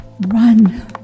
Run